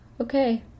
okay